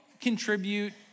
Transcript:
contribute